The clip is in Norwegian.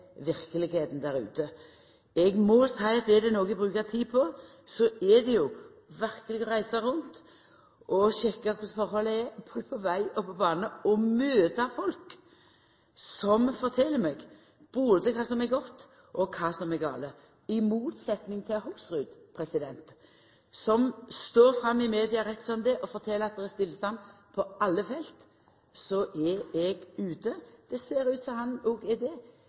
verkelegheita der ute. Er det noko eg brukar tid på, så er det å reisa rundt og sjekka korleis forholda er, både på veg og på bane, og å møta folk som fortel meg både kva som er godt, og kva som er gale. I motsetnad til Hoksrud, som rett som det er står fram i media og fortel at det er stillstand på alle felt, så er eg ute. Det ser ut som om han òg er det,